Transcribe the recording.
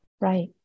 Right